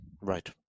Right